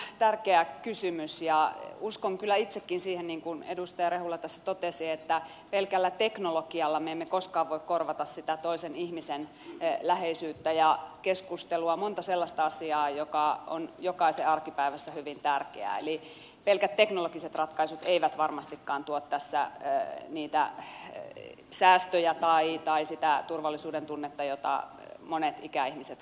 tämä on tärkeä kysymys ja uskon kyllä itsekin siihen minkä edustaja rehula tässä totesi että pelkällä teknologialla me emme koskaan voi korvata sitä toisen ihmisen läheisyyttä ja keskustelua monta sellaista asiaa jotka ovat jokaisen arkipäivässä hyvin tärkeitä eli pelkät teknologiset ratkaisut eivät varmastikaan tuo tässä niitä säästöjä tai sitä turvallisuudentunnetta jota monet ikäihmiset kaipaavat